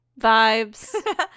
vibes